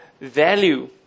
value